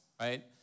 right